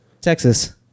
Texas